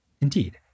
Indeed